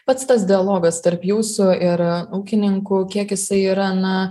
pats tas dialogas tarp jūsų ir ūkininkų kiek jisai yra na